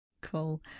cool